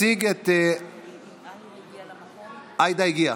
עאידה הגיעה.